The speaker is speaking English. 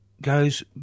goes